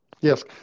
Yes